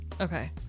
Okay